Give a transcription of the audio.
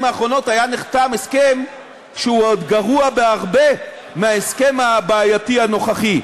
האחרונות היה נחתם הסכם שהוא עוד גרוע בהרבה מההסכם הבעייתי הנוכחי.